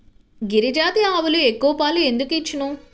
గిరిజాతి ఆవులు ఎక్కువ పాలు ఎందుకు ఇచ్చును?